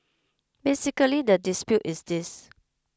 basically the dispute is this